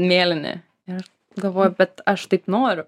mėlyni ir galvoju bet aš taip noriu